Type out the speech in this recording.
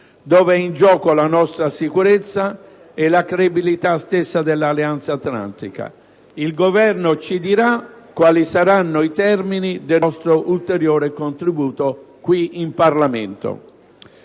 dove è in gioco la nostra sicurezza e la credibilità stessa dell'Alleanza atlantica. Il Governo ci dirà quali saranno i termini del nostro ulteriore contributo. Più in generale,